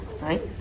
Right